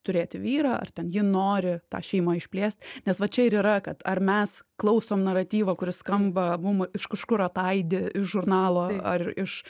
turėti vyrą ar ten ji nori tą šeimą išplėst nes va čia ir yra kad ar mes klausom naratyvą kuris skamba mum iš kažkur ataidi iš žurnalo ar iš